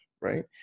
right